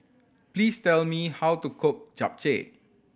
please tell me how to cook Japchae